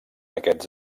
aquests